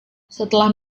setelah